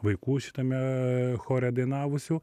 vaikų šitame chore dainavusių